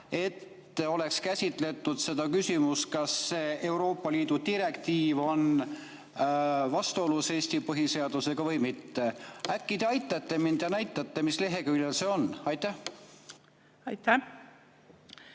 et oleks käsitletud seda küsimust, kas see Euroopa Liidu direktiiv on vastuolus Eesti põhiseadusega või mitte. Äkki te aitate mind ja näitate, mis leheküljel see on? Aitäh,